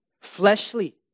fleshly